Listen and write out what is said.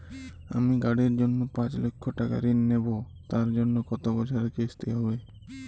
আমি গাড়ির জন্য পাঁচ লক্ষ টাকা ঋণ নেবো তার জন্য কতো বছরের কিস্তি হবে?